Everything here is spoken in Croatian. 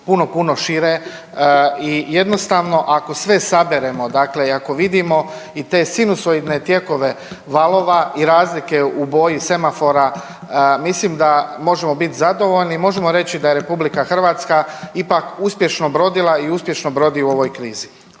puno šire i jednostavno ako sve saberemo i ako vidimo i te sinusoidne tijekove valova i razlike u boji semafora mislim da možemo biti zadovoljni i možemo reći da je RH ipak uspješno brodila i uspješno brodi u ovoj krizi.